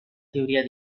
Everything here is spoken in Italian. teoria